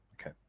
Okay